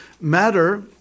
matter